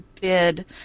bid